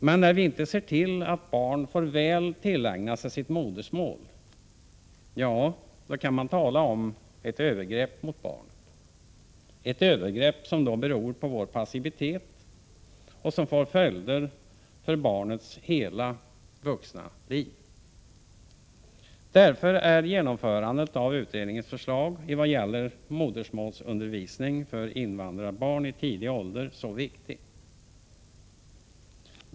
Men när vi inte ser till att barn får väl tillägna sig sitt modersmål — ja, då kan man tala om ett övergrepp mot barnet, ett övergrepp som beror på vår passivitet och som får följder för barnets hela vuxna liv. Därför är genomförandet av utredningens förslag i vad gäller modersmålsundervisning för invandrarbarn i tidig ålder så viktig.